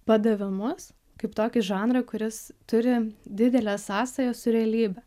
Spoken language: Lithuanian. padavimus kaip tokį žanrą kuris turi didelę sąsają su realybe